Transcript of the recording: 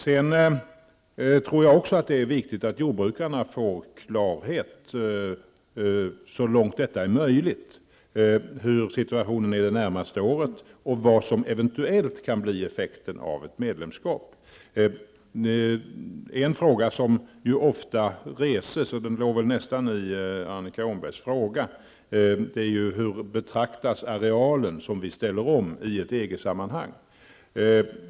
Jag tror också att det är viktigt att jordbrukarna så långt möjligt får klarhet i hur situationen det närmaste året ser ut och i vad som eventuellt kan bli effekten av ett medlemskap. En fråga som ofta reses, och som väl nästan ingick i Annika Åhnbergs fråga, är hur den omställda arealen betraktas i ett EG-sammanhang.